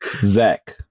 Zach